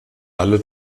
alle